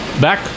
back